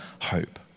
hope